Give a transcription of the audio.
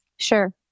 Sure